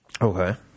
Okay